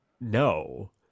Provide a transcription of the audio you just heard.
No